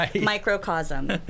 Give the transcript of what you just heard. microcosm